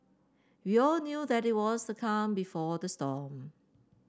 we all knew that it was the calm before the storm